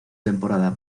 temporada